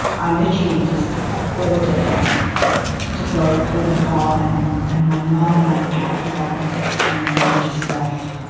i literally just ordered him to go pull the car and and my mom and i packed the bag and then we just left